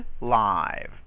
live